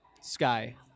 Sky